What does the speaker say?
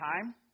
time